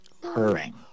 purring